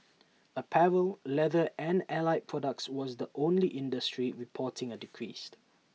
apparel leather and allied products was the only industry reporting A decrease